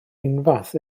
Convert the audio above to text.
unfath